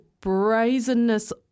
brazenness